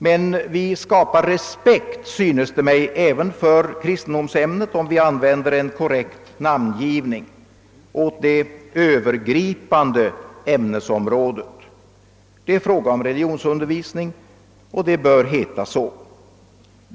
Men vi skapar respekt, synes det mig, även för kristendomsämnet om vi använder en korrekt namngivning åt det övergripande ämnesområdet. Det är fråga om religionsundervisning, och det bör också heta så.